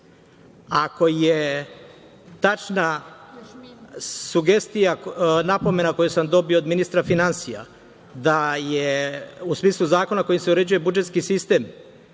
je tačna napomena koju sam dobio od ministra finansija da je u smislu zakona kojim se uređuje budžetski sistem